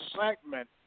segment